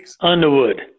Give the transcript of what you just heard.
Underwood